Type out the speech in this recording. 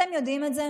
אתם יודעים את זה?